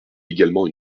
également